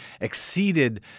exceeded